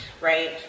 right